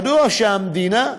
מדוע שהמדינה,